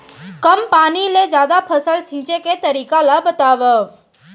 कम पानी ले जादा फसल सींचे के तरीका ला बतावव?